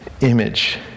image